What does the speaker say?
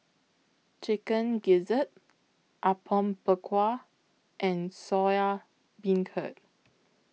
Chicken Gizzard Apom Berkuah and Soya Beancurd